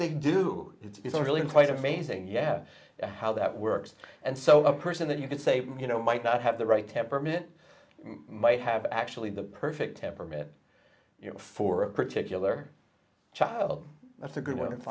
they do it's really in place amazing yeah yeah how that works and so a person that you can say you know might not have the right temperament might have actually the perfect temperament you know for a particular child that's a good one if